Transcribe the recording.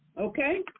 Okay